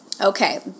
okay